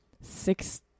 six